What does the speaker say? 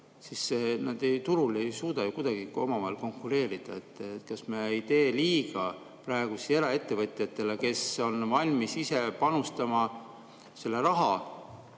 siis nad turul ei suuda ju kuidagi omavahel konkureerida. Kas me ei tee praegu liiga eraettevõtjatele, kes on valmis ise panustama selle raha?